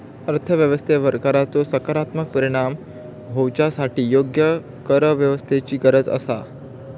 अर्थ व्यवस्थेवर कराचो सकारात्मक परिणाम होवच्यासाठी योग्य करव्यवस्थेची गरज आसा